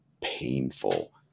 painful